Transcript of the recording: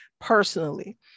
personally